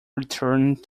returned